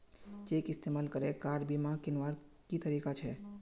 Cheque इस्तेमाल करे car बीमा कीन्वार की तरीका छे?